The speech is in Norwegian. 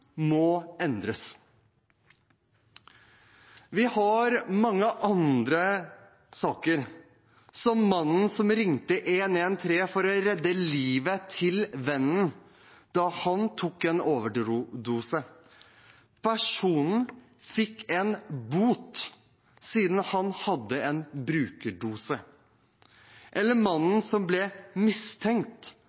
må endres. Vi har mange andre saker, slik som mannen som ringte 113 for å redde livet til vennen da han tok en overdose. Personen fikk en bot siden han hadde en brukerdose. Et annet eksempel er mannen som ble mistenkt